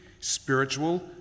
spiritual